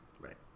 Right